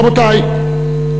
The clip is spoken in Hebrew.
רבותי,